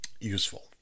useful